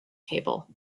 cable